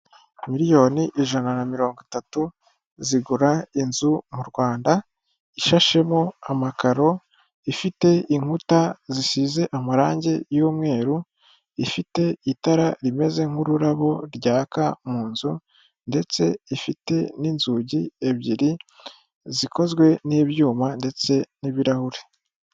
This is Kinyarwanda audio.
Miliyoni ijana na mirongo itatu zigura inzu mu Rwanda, ishashemo amakaro, ifite inkuta zisize amarangi y'umweru, ifite itara rimeze nk'ururabo ryaka mu nzu ndetse ifite n'inzugi ebyiri zikozwe n'ibyuma ndetse n'ibirahuri.